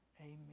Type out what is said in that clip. Amen